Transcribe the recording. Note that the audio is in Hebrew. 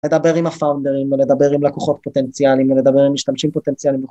לדבר עם הפאונדרים ולדבר עם לקוחות פוטנציאליים ולדבר עם משתמשים פוטנציאליים